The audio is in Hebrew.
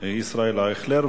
ישראל אייכלר.